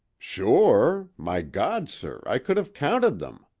sure? my god, sir, i could have counted them!